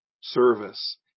service